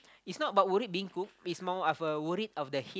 it's not about worried being cooked it's more of uh worry of the heat